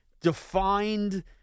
defined